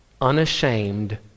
unashamed